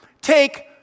take